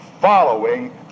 following